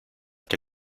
que